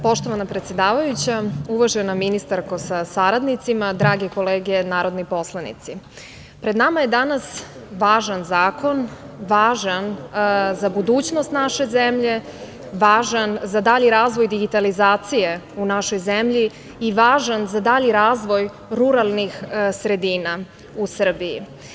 Poštovana predsedavajuća, uvažena ministarko sa saradnicima, drage kolege narodni poslanici, pred nama je danas važan zakon, važan za budućnost naše zemlje, važan za dalji razvoj digitalizacije u našoj zemlji i važan za dalji razvoj ruralnih sredina u Srbiji.